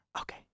Okay